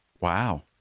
Wow